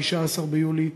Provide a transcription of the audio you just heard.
19 ביולי,